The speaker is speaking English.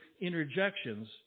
interjections